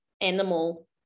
animal